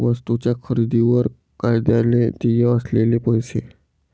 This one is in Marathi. वस्तूंच्या खरेदीवर कायद्याने देय असलेले पैसे